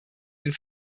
den